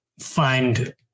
find